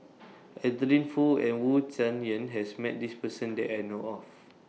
Adeline Foo and Wu Tsai Yen has Met This Person that I know of